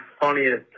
funniest